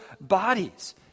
bodies